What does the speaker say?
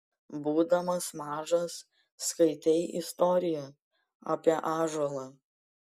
būdamas mažas skaitei istoriją apie ąžuolą